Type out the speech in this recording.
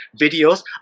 videos